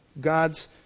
God's